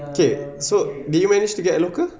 okay so did you manage to get a local